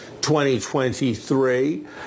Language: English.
2023